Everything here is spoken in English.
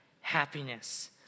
happiness